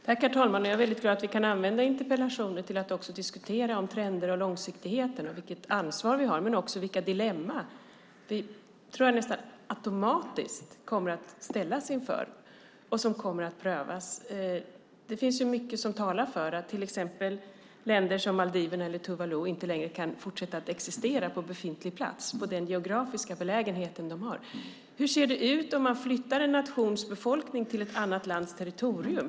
Herr talman! Jag är väldigt glad åt att vi kan använda interpellationer till att också diskutera trender, långsiktigheten, vilket ansvar vi har och de dilemman som finns. Jag tror att vi nästan automatiskt kommer att ställas inför det här, och det kommer att prövas. Det finns mycket som talar för att till exempel länder som Maldiverna eller Tuvalu inte längre kan fortsätta att existera på befintlig plats, ha den geografiska belägenhet som de har. Hur ser det ut om man flyttar en nations befolkning till ett annat lands territorium?